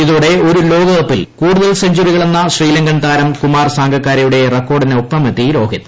ഇതോടെ ഒരു ലോകകപ്പിൽ കൂടുതൽ സെഞ്ചുറികളെന്ന ശ്രീലങ്കൻ താരം കുമാർ സംഗക്കാരയുടെ റെക്കോർഡിനൊപ്പമെത്തി രോഹിത്